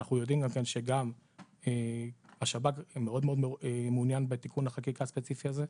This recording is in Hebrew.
אנחנו יודעים שגם השב"כ מאוד מעוניין בתיקון החקיקה הספציפי הזה.